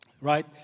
Right